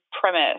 premise